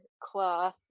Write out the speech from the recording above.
claw